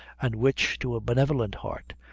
and which, to a benevolent heart,